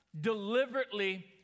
deliberately